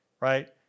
right